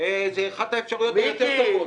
זאת אחת האפשרויות היותר טובות.